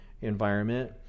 environment